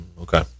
Okay